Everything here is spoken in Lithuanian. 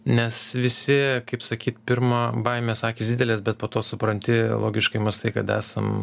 nes visi kaip sakyt pirma baimės akys didelės bet po to supranti logiškai mąstai kad esam